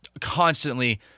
constantly